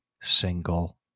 single